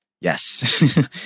Yes